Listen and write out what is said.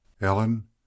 Ellen